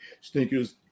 stinkers